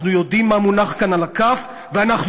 אנחנו יודעים מה מונח כאן על הכף ואנחנו